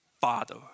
Father